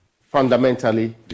fundamentally